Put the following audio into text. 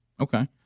okay